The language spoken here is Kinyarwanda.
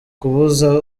kubuza